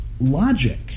logic